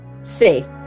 safe